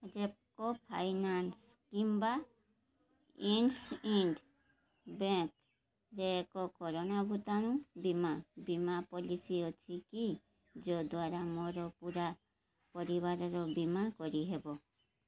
ଜେପ୍କୋ finance କିମ୍ବା ଇନ୍ସ୍ଇଣ୍ଡ୍ ବ୍ୟାଙ୍କ୍ରେ ଏକ କରୋଣା ଭୂତାଣୁ ବୀମା ବୀମା ପଲିସି ଅଛିକି ଯଦ୍ଵାରା ମୋର ପୂରା ପରିବାରର ବୀମା କରିହେବ